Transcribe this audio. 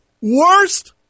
worst